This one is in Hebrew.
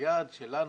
היעד שלנו,